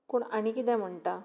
कोण आनी कितें म्हणटा